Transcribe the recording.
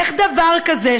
איך דבר כזה,